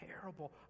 terrible